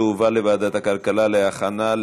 (תיקון), התשע"ז 2017, לוועדת הכלכלה נתקבלה.